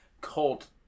cult